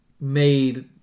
made